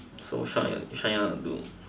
so what's which one you want to do